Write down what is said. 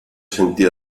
sentía